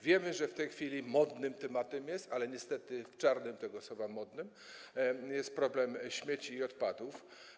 Wiemy, że w tej chwili modnym tematem, ale niestety w czarnym tego słowa znaczeniu, jest problem śmieci i odpadów.